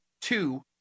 two